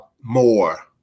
more